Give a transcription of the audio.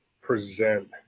present